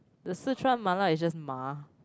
the Si-Chuan mala is just ma